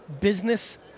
business